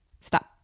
stop